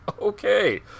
okay